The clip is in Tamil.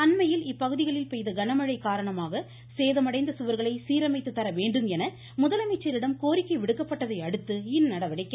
அண்மையில் இப்பகுதிகளில் பெய்த கனமழை காரணமாக சேதமடைந்த சுவர்களை சீரமைத்து தர வேண்டும் என விடுக்கப்பட்டதை அடுத்து இந்நடவடிக்கை